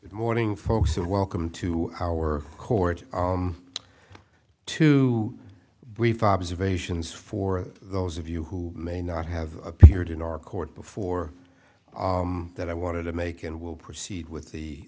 it's morning folks so welcome to our court to brief observations for those of you who may not have appeared in our court before that i wanted to make and will proceed with the